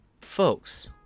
folks